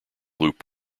loop